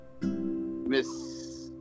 Miss